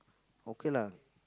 okay lah